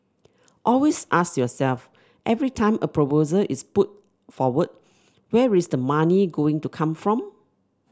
always ask yourself every time a proposal is put forward where is the money going to come from